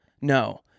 No